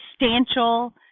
substantial